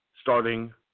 starting